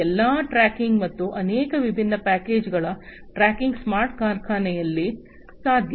ಈ ಎಲ್ಲಾ ಟ್ರ್ಯಾಕಿಂಗ್ ಮತ್ತು ಅನೇಕ ವಿಭಿನ್ನ ಪ್ಯಾಕೇಜ್ಗಳ ಟ್ರ್ಯಾಕಿಂಗ್ ಸ್ಮಾರ್ಟ್ ಕಾರ್ಖಾನೆಯಲ್ಲಿ ಸಾಧ್ಯ